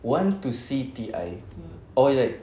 want to see T_I or you like